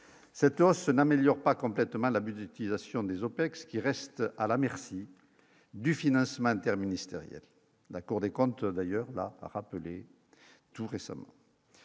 cette hausse n'améliore pas complètement la budgétisation des OPEX, qui reste à la merci du financement interministériel, la Cour des comptes d'ailleurs rappelé tout récemment.